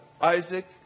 Isaac